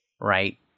right